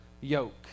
yoke